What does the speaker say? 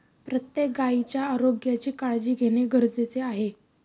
प्रत्येक गायीच्या आरोग्याची काळजी घेणे गरजेचे आहे